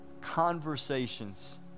conversations